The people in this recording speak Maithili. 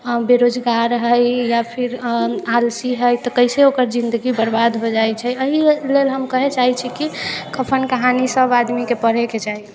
बेरोजगार हइ या फेर आलसी हइ तऽ कइसे ओकर जिन्दगी बरबाद हो जाइ छै एहि लेल हम कहै चाहे छी कि कफन कहानी सब आदमीके पढ़ैके चाही